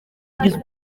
ugizwe